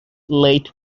late